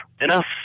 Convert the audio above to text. enough